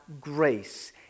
grace